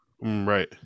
Right